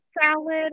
salad